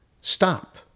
stop